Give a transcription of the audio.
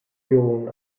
führungen